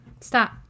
Stop